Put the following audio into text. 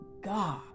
God